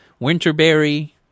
Winterberry